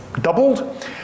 doubled